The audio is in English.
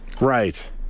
Right